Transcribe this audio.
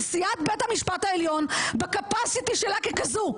נשיאת בית המשפט העליון בקפסיטי שלה ככזאת,